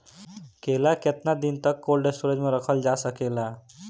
केला केतना दिन तक कोल्ड स्टोरेज में रखल जा सकेला?